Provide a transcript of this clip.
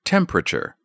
Temperature